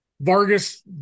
Vargas